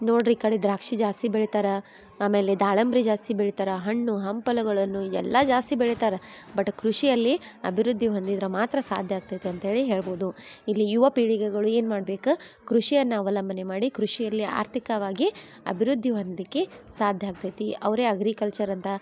ನೋಡ್ರಿ ಈ ಕಡೆ ದ್ರಾಕ್ಷಿ ಜಾಸ್ತಿ ಬೆಳಿತಾರೆ ಆಮೇಲೆ ದಾಳಂಬ್ರಿ ಜಾಸ್ತಿ ಬೆಳಿತಾರ ಹಣ್ಣು ಹಂಪಲುಗಳನ್ನು ಎಲ್ಲಾ ಜಾಸ್ತಿ ಬೆಳಿತಾರ ಬಟ್ ಕೃಷಿಯಲ್ಲಿ ಅಭಿವೃದ್ಧಿ ಹೊಂದಿದ್ರ ಮಾತ್ರ ಸಾಧ್ಯ ಆಗ್ತೈತಿ ಅಂತ್ಹೇಳಿ ಹೇಳ್ಬೋದು ಇಲ್ಲಿ ಯುವ ಪೀಳಿಗೆಗಳು ಏನು ಮಾಡ್ಬೇಕು ಕೃಷಿಯನ್ನ ಅವಲಂಬನೆ ಮಾಡಿ ಕೃಷಿಯಲ್ಲಿ ಆರ್ಥಿಕವಾಗಿ ಅಭಿವೃದ್ಧಿ ಹೊಂದಲಿಕ್ಕೆ ಸಾಧ್ಯ ಆಗ್ತೈತಿ ಅವ್ರೇ ಅಗ್ರಿಕಲ್ಚರ್ ಅಂತ